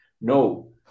No